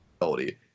ability